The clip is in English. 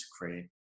create